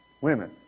women